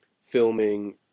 filming